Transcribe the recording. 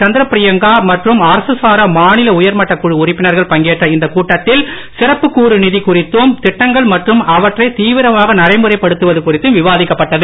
சந்திரபிரியங்கா மற்றும் அரசு சாரா மாநில உயர்மட்ட குழு உறுப்பினர்கள் பங்கேற்ற இந்த கூட்டத்தில் சிறப்புக்கூறு நிதி குறித்தும் திட்டங்கள் மற்றும் அவற்றை தீவிரமாக நடைமுறைப்படுத்துவது குறித்தும் விவாதிக்கப்பட்டது